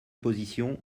position